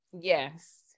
Yes